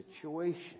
situation